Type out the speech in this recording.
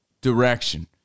direction